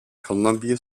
columbia